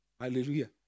Hallelujah